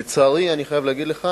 לצערי, אני חייב להגיד לך